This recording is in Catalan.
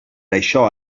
això